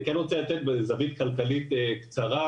אני רוצה לתת זווית כלכלית קצרה